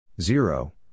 Zero